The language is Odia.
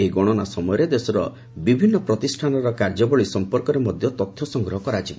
ଏହି ଗଣନା ସମୟରେ ଦେଶର ବିଭିନ୍ନ ପ୍ରତିଷ୍ଠାନର କାର୍ଯ୍ୟାବଳୀ ସମ୍ପର୍କରେ ମଧ୍ୟ ତଥ୍ୟ ସଂଗ୍ରହ କରାଯିବ